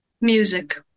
Music